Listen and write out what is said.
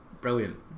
brilliant